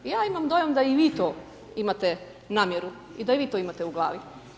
Ja imam dojam da i vi to imate namjeru i da i vi to imate u glavi.